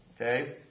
okay